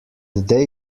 they